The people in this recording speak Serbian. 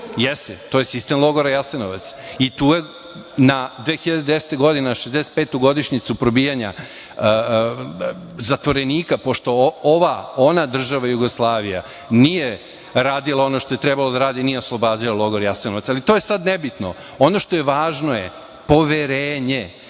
Jeste, to je sistem logora Jasenovac i tu je 2010. godina na 65. godišnjicu probijanja zatvorenika, pošto ova, ona država Jugoslavija nije radila ono što je trebalo da radi, nije oslobađala logor Jasenovac, ali to je sad nebitno. Ono što je važno je poverenje.